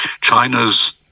China's